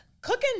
Cooking